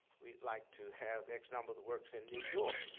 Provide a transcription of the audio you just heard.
we'd like to have x number of the works in new york,